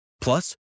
Plus